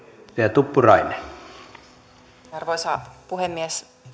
arvoisa puhemies